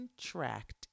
contract